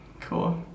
cool